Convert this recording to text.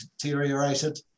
deteriorated